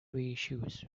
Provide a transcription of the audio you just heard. reissues